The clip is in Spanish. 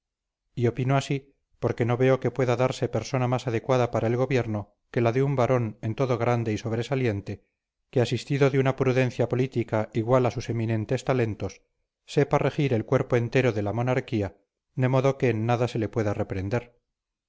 y opino así porque no veo que pueda darse persona más adecuada para el gobierno que la de un varón en todo grande y sobresaliente que asistido de una prudencia política igual a sus eminentes talentos sepa regir el cuerpo entero de la monarquía de modo que en nada se le pueda reprender